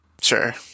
Sure